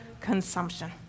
consumption